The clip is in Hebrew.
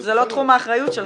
זה לא תחום האחריות שלך,